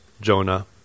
Jonah